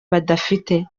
badafite